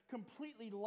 completely